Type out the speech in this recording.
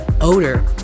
odor